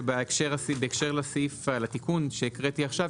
שבהקשר לתיקון שהקראתי עכשיו,